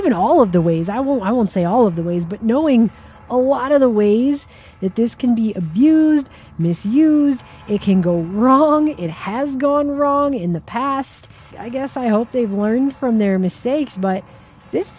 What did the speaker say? even all of the ways i will i won't say all of the ways but knowing a lot of the ways that this can be abused misused they can go wrong it has gone wrong in the past i guess i hope they've learned from their mistakes but this